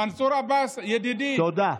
מנסור עבאס, ידידי, תודה.